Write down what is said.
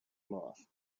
love